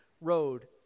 road